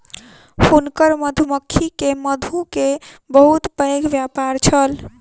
हुनकर मधुमक्खी के मधु के बहुत पैघ व्यापार छल